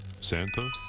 Santa